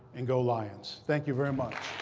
and go lions. thank you very much.